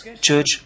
Church